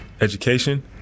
education